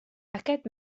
aquest